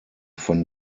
von